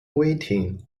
waiting